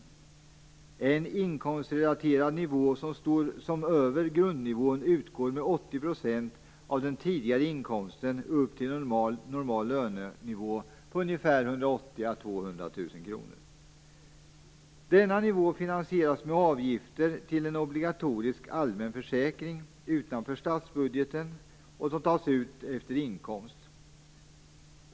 Det är en inkomstrelaterad nivå som över grundnivån utgår med 80 % av den tidigare inkomsten upp till en normal lönenivå på 180 000-200 000 kr. Denna nivå finansieras med avgifter till en obligatorisk allmän försäkring utanför statsbudgeten, som tas ut efter inkomst.